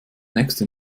nächste